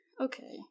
Okay